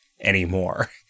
anymore